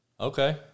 Okay